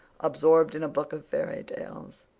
absorbed in a book of fairy tales.